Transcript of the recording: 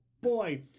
boy